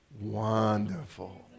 wonderful